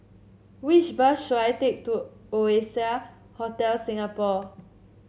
which bus should I take to Oasia Hotel Singapore